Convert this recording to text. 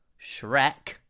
Shrek